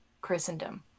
christendom